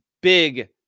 big